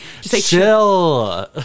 chill